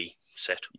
set